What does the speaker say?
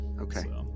Okay